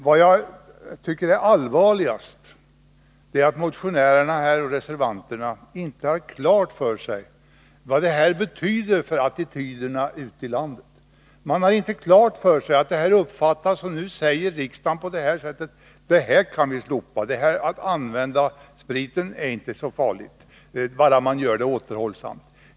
Det jag tycker är allvarligast är att motionärerna och reservanterna inte har klart för sig vad riksdagens ställningstagande betyder för attityderna ute i landet. De har inte klart för sig att det, om riksdagen skulle slopa reglerna om spritfri statlig representation, skulle uppfattas som att riksdagen nu säger att det inte är så farligt att använda sprit, bara det görs med återhållsamhet.